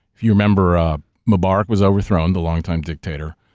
if you remember ah mubarak was overthrown, the longtime dictator.